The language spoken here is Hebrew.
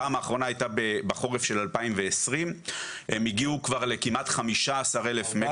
הפעם האחרונה הייתה בחורף של 2020. הם הגיעו כבר כמעט ל-15,000 מגה וואט.